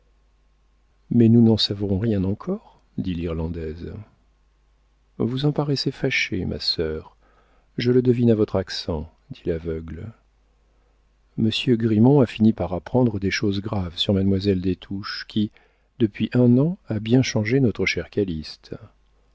mais nous n'en savons rien encore dit l'irlandaise vous en paraissez fâchée ma sœur je le devine à votre accent dit l'aveugle monsieur grimont a fini par apprendre des choses graves sur mademoiselle des touches qui depuis un an a bien changé notre cher